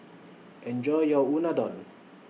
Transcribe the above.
Enjoy your Unadon